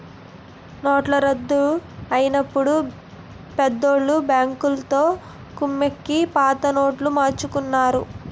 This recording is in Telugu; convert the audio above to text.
నోట్ల రద్దు అయినప్పుడు పెద్దోళ్ళు బ్యాంకులతో కుమ్మక్కై పాత నోట్లు మార్చుకున్నారు